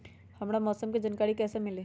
हमरा मौसम के जानकारी कैसी मिली?